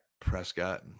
Prescott